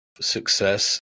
success